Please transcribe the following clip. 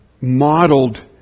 modeled